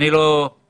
אני לא מיוחד,